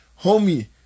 homie